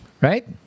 right